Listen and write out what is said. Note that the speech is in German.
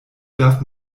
darf